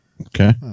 Okay